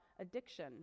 addiction